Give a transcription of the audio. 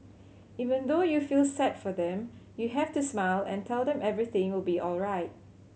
even though you feel sad for them you have to smile and tell them everything will be alright